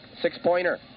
Six-pointer